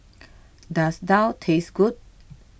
does Daal taste good